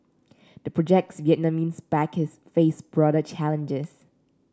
the project's Vietnamese backers face broader challenges